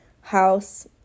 house